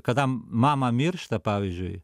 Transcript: kada mama miršta pavyzdžiui